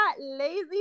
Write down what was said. lazy